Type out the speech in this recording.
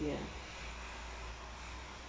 yes